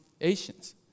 Asians